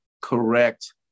correct